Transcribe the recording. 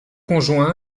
conjoint